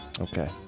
Okay